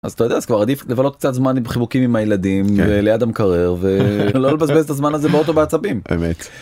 אז כבר עדיף לבלות קצת זמן עם חיבוקים עם הילדים ליד המקרר ולא לבזבז את הזמן הזה באוטו בעצבים.